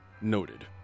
Noted